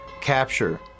capture